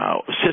system